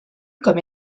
comme